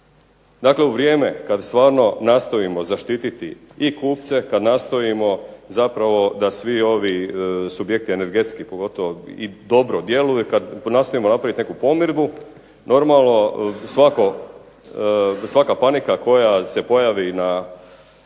Dakle u vrijeme kad stvarno nastojimo zaštititi i kupce, kad nastojimo zapravo da svi ovi subjekti energetski, pogotovo i dobro djeluju, kad nastojimo napraviti neku pomirbu, normalno svaka panika koja se pojavi na,